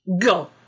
Go